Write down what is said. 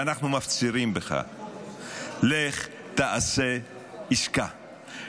אנחנו מפצירים בך: לך, עשה עסקה.